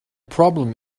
problem